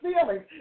feelings